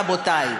רבותי,